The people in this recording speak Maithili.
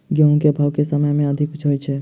गेंहूँ केँ भाउ केँ समय मे अधिक होइ छै?